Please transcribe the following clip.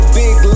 big